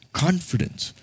confidence